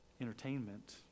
entertainment